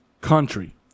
country